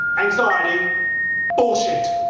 anxiety bullshit!